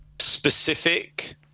specific